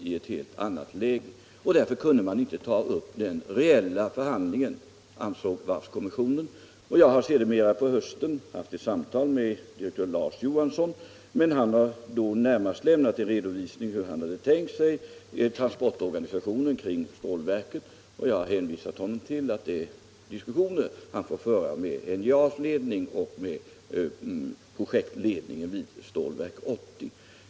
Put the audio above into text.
Arbetet med en sådan transportorganisation har man fortsatt med fram till nu, och vi är sålunda i ett helt annat läge. Senare på hösten hade jag ett samtal med direktör Lars Johansson. Denne lämnade då närmast en redovisning av hur han hade tänkt sig transportorganisationen när det gäller stålverket. Jag framhöll för direktör Johansson att det var diskussioner som han fick föra med NJA:s ledning och med projektledningen för Stålverk 80.